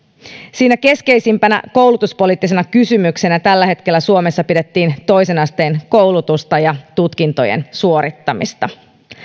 siinä keskeisimpänä koulutuspoliittisena kysymyksenä tällä hetkellä suomessa pidettiin toisen asteen koulutusta ja tutkintojen suorittamista